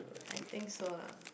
I think so lah